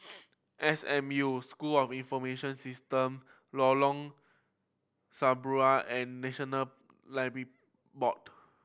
S M U School of Information System Lorong Serambi and National Library Board